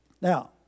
Now